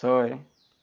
ছয়